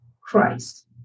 Christ